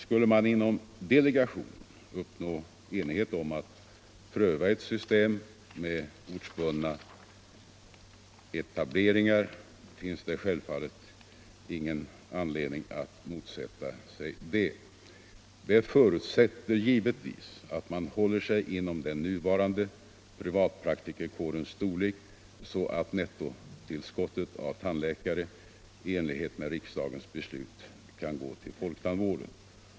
Skulle man inom delegationen uppnå enighet om att pröva ett system med ortsbundna etableringar, finns det självfallet ingen anledning att motsätta sig detta. Det förutsätter givetvis att man håller sig inom den nuvarande privatpraktikerkårens storlek, så att nettotillskottet av tandläkare i enlighet med riksdagens beslut kan gå till folktandvården.